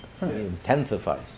intensifies